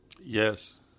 Yes